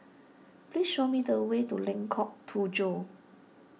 please show me the way to Lengkok Tujoh